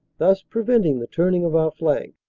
thus preventing the turning of our flank.